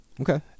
Okay